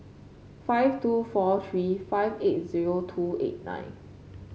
five two four three five eight zero two eight nine